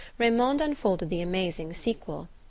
raymond unfolded the amazing sequel.